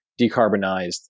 decarbonized